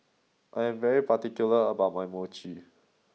I am very particular about my Mochi